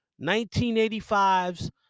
1985's